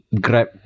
grab